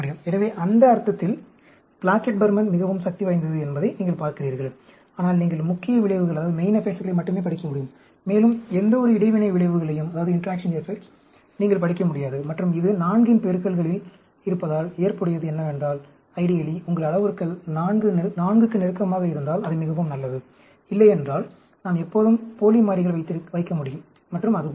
எனவே அந்த அர்த்தத்தில் பிளாக்கெட் பர்மன் மிகவும் சக்திவாய்ந்தது என்பதை நீங்கள் பார்க்கிறீர்கள் ஆனால் நீங்கள் முக்கிய விளைவுகளை மட்டுமே படிக்க முடியும் மேலும் எந்தவொரு இடைவினை விளைவுகளையும் நீங்கள் படிக்க முடியாது மற்றும் இது 4 இன் பெருக்கல்களில் இருப்பதால் ஏற்புடையது என்னவென்றால் உங்கள் அளவுருக்கள் 4 க்கு நெருக்கமாக இருந்தால் அது மிகவும் நல்லது இல்லையென்றால் நாம் எப்போதும் போலி மாறிகள் வைக்கமுடியும் மற்றும் அதுபோன்றது